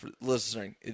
listening